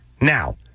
Now